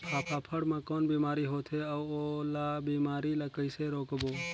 फाफण मा कौन बीमारी होथे अउ ओला बीमारी ला कइसे रोकबो?